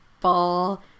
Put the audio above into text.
Ball